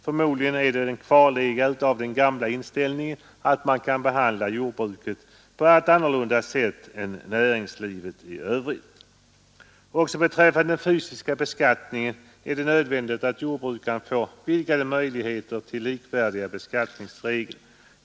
Förmodligen är det en kvarleva av den gamla inställningen att man kan behandla jordbruket på ett annat sätt än näringslivet i övrigt. Också beträffande den fysiska beskattningen är det nödvändigt att jordbrukarna får vidgade möjligheter till likvärdiga beskattningsregler.